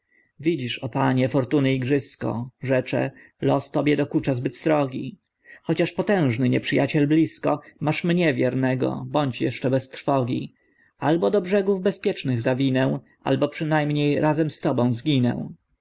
widzisz o panie fortuny igrzysko rzecze los tobie dokucza zbyt srogi chociaż potężny nieprzyjaciel blisko masz mnie wiernego bądź jescze bez trwogi albo do brzegów bezpiecznych zawinę albo przynajmniej razem z tobą zginę